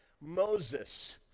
moses